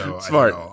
Smart